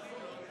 גברתי השרה,